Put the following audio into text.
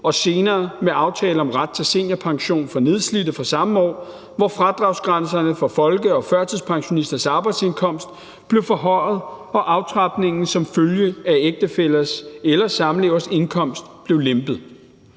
og senere med aftale om ret til seniorpension for nedslidte fra samme år, hvor fradragsgrænserne for folkepensionisters arbejdsindkomst blev forhøjet og aftrapningen som følge af ægtefællers eller samleveres indkomst blev lempet.